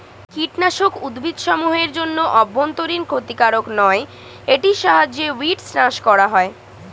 কীটনাশক উদ্ভিদসমূহ এর জন্য অভ্যন্তরীন ক্ষতিকারক নয় এটির সাহায্যে উইড্স নাস করা হয়